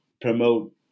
promote